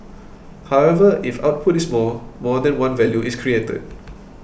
however if output is more more than one value is created